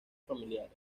familiares